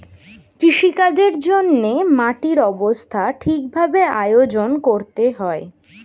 কৃষিকাজের জন্যে মাটির অবস্থা ঠিক ভাবে আয়োজন করতে হয়